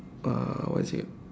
uh what is it